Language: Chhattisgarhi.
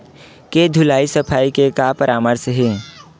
के धुलाई सफाई के का परामर्श हे?